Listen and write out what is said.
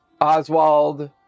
Oswald